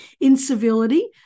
incivility